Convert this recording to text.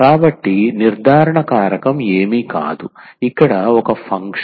కాబట్టి నిర్ధారణ కారకం ఏమీ కాదు ఇక్కడ ఒక ఫంక్షన్